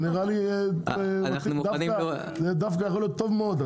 נראה לי דווקא יכול להיות טוב מאוד.